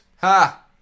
Ha